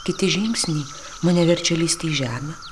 kiti žingsniai mane verčia lįsti į žemę